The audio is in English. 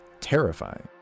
Terrifying